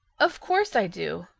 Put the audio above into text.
of course i do.